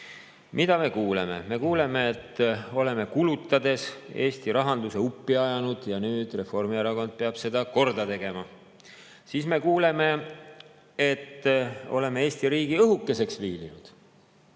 Mida me kuuleme? Me kuuleme, et oleme kulutades Eesti rahanduse uppi ajanud ja nüüd Reformierakond peab seda korda tegema. Siis me kuuleme, et oleme Eesti riigi õhukeseks viilinud.